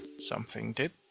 something did.